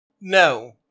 No